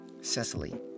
Cecily